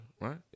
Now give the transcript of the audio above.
Right